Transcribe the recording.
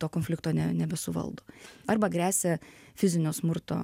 to konflikto ne nebesuvaldo arba gresia fizinio smurto